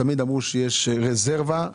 יש קבוצות באוכלוסייה,